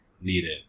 needed